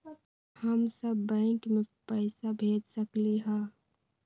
हम सब बैंक में पैसा भेज सकली ह?